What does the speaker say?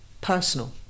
personal